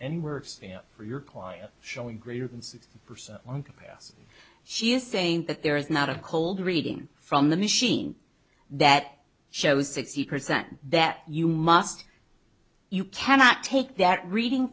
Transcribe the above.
worst for your client showing greater than six percent on capacity she is saying that there is not a cold reading from the machine that shows sixty percent that you must you cannot take that reading